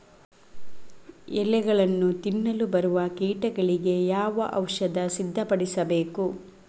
ಎಲೆಗಳನ್ನು ತಿನ್ನಲು ಬರುವ ಕೀಟಗಳಿಗೆ ಯಾವ ಔಷಧ ಸಿಂಪಡಿಸಬೇಕು?